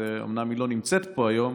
אומנם היא לא נמצאת פה היום,